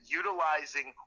utilizing